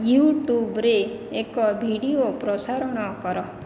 ୟୁଟ୍ୟୁବରେ ଏକ ଭିଡି଼ଓ ପ୍ରସାରଣ କର